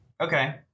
Okay